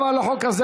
גם על החוק הזה,